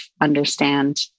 understand